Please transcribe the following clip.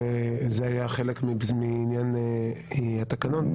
זה היה חלק מעניין התקנון.